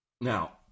Now